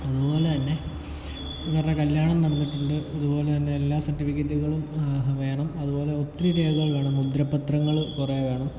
അതുപോലെ തന്നെ ഇവരുടെ കല്യാണം നടന്നിട്ടുണ്ട് അതുപോലെ തന്നെ എല്ലാ സർട്ടിഫിക്കറ്റുകളും വേണം അതുപോലെ ഒത്തിരി രേഖകൾ വേണം മുദ്ര പത്രങ്ങൾ കുറെ വേണം